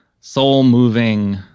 soul-moving